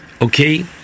Okay